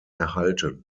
erhalten